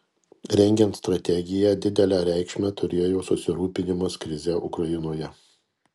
rengiant strategiją didelę reikšmę turėjo susirūpinimas krize ukrainoje